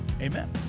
Amen